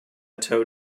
tow